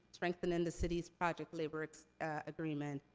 strengthening the city's project labor agreement,